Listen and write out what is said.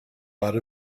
out